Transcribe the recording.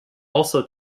also